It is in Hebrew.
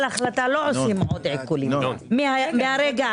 החלטה שלא עושים עוד עיקולים מהרגע הזה.